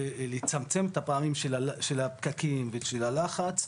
לצמצם את הפעמים של הפקקים ושל הלחץ,